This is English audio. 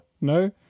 no